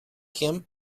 him